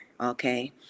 okay